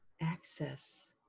access